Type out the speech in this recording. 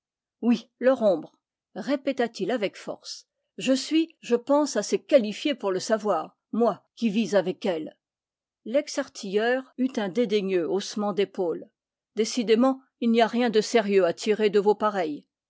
oui leur ombre répéta-t-il avec force je suis je pense assez qualifié pour le savoir moi qui vis avec elles lex artilleur eut un dédaigneux haussement d'épaules décidément il n'y a rien de sérieux à tirer de vos pareils